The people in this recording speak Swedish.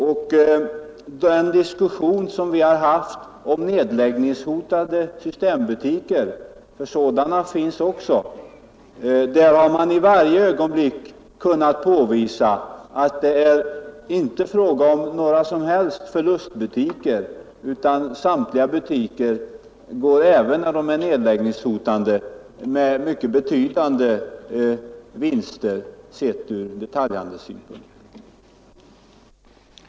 I den diskussion som har förts om nedläggningshotade sys tembutiker — sådana finns också — har man kunnat påvisa att det inte är fråga om några förlustbutiker. Samtliga butiker, även de som är nedlägg ningshotade, går med mycket betydande vinst, sett från detaljhandelssyn en så orimlig politik — även om det är ekonomiska faktorer som ligger i botten — att man för att i varje ögonblick maximera vinsten helt bortser